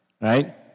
Right